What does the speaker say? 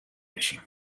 باشیم